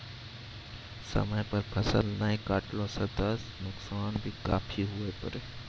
समय पर फसल नाय कटला सॅ त नुकसान भी काफी हुए पारै